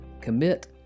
commit